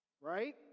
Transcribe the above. right